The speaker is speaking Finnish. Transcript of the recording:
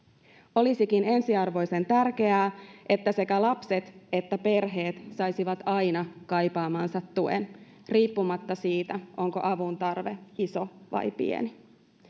olisikin ensiarvoisen tärkeää että sekä lapset että perheet saisivat aina kaipaamansa tuen riippumatta siitä onko avun tarve iso vai pieni